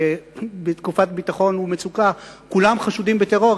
שבתקופת אי-ביטחון ומצוקה כולם חשודים בטרור,